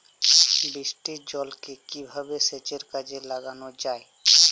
বৃষ্টির জলকে কিভাবে সেচের কাজে লাগানো য়ায়?